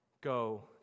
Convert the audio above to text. Go